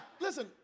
Listen